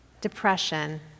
depression